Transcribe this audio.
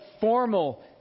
formal